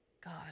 God